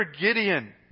Gideon